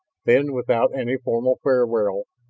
then, without any formal farewell,